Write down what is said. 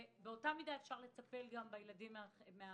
באותה מידה אפשר לטפל גם בילדים האלה.